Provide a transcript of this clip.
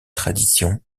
tradition